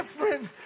different